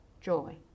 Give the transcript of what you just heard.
joy